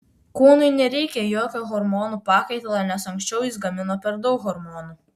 kūnui nereikia jokio hormonų pakaitalo nes anksčiau jis gamino per daug hormonų